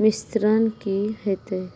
मिश्रण की हेते?